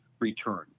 Return